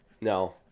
no